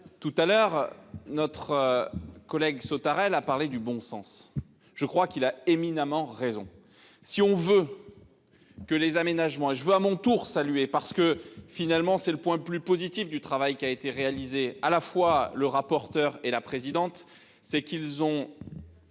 Tout à l'heure notre collègue Sautarel a parlé du bon sens. Je crois qu'il a éminemment raison si on veut. Que les aménagements je veux à mon tour saluer parce que finalement c'est le point plus positif du travail qui a été réalisé à la fois le rapporteur et la présidente c'est qu'ils ont.